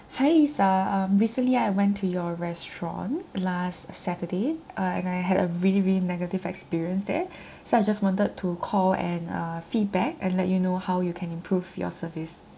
hi lisa um recently I went to your restaurant last saturday uh and I had a really really negative experience there so I just wanted to call and uh feedback and let you know how you can improve your service